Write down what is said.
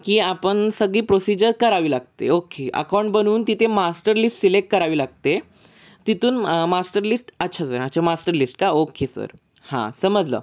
की आपण सगळी प्रोसिजर करावी लागते ओके अकाऊंट बनवून तिथे मास्टर लिस्ट सिलेक्ट करावी लागते तिथून मास्टर लिस्ट अच्छा सर अच्छा मास्टर लिस्ट का ओके सर हां समजलं